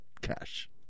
Cash